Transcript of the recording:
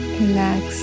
relax